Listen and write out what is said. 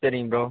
சரிங்க ப்ரோ